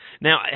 Now